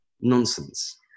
nonsense